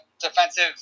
defensive